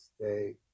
stay